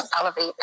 Elevate